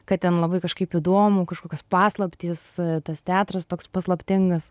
kad ten labai kažkaip įdomu kažkokios paslaptys tas teatras toks paslaptingas